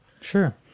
Sure